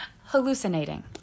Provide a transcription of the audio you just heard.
Hallucinating